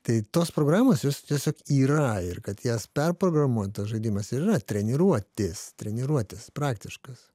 tai tos programos jos tiesiog yra ir kad jas perprogramuot tas žaidimas ir yra treniruotės treniruotės praktiškos